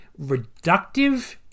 reductive